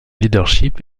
leadership